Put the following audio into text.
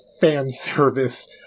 fan-service